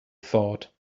thought